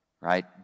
right